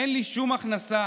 אין לי שום הכנסה